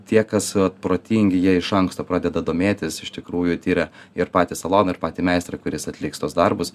tie kas protingi jie iš anksto pradeda domėtis iš tikrųjų tiria ir patį saloną ir patį meistrą kuris atliks tuos darbus